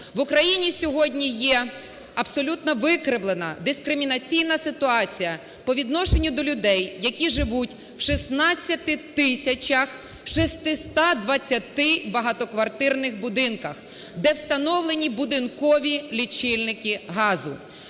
В Україні сьогодні є абсолютно викривлена, дискримінаційна ситуація по відношенню до людей, які живуть в 16 тисячах 620 багатоквартирних будинках, де встановлені будинкові лічильники газу.